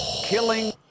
killing